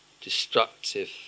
destructive